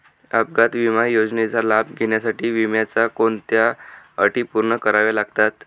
अपघात विमा योजनेचा लाभ घेण्यासाठी विम्याच्या कोणत्या अटी पूर्ण कराव्या लागतात?